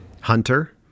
Hunter